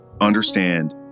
understand